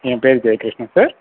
என் பெயர் ஜெயகிருஷ்ணன் சார்